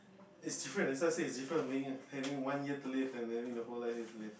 it's different that's why I said it's different from being having one year to live and having the whole you've to live